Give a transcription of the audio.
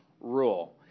rule